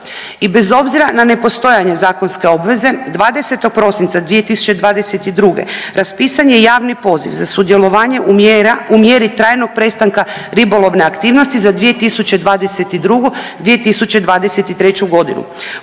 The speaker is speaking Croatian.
I bez obzira na nepostojanje zakonske obveze 20. prosinca 2022. raspisan je javni poziv za sudjelovanje u mjera, u mjeri trajnog prestanka ribolovne aktivnosti za 2022.-2023. godinu.